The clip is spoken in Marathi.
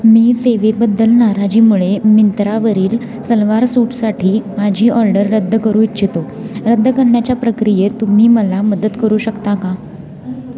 मी सेवेबद्दल नाराजीमुळे मित्रावरील सलवार सूटसाठी माझी ऑर्डर रद्द करू इच्छितो रद्द करण्याच्या प्रक्रियेत तुम्ही मला मदत करू शकता का